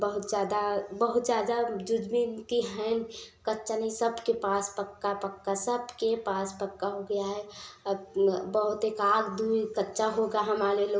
बहुत ज़्यादा बहुत ज़्यादा जुज बिनती हैं कच्चा नही सबके पास पक्का पक्का सबके पास पक्का हो गया है अब बहुत एकाध ही कच्चा होगा हमारे लोग